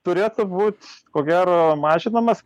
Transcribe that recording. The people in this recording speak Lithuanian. turėtų būt ko gero mažinamas